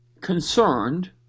concerned